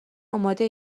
آماده